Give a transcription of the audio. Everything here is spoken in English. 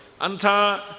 Anta